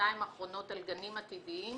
בשנתיים האחרונות על גנים עתידיים,